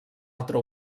altra